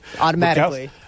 automatically